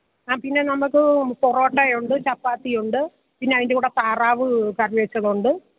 ആ പിന്നെ നമുക്ക് പൊറോട്ടയുണ്ട് ചപ്പാത്തിയുണ്ട് പിന്നതിൻ്റെ കൂടെ താറാവ് കറി വെച്ചതു കൊണ്ട്